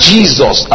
Jesus